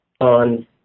on